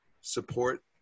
support